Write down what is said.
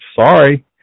sorry